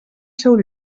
seu